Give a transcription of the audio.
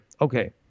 Okay